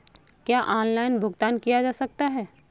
क्या ऑनलाइन भुगतान किया जा सकता है?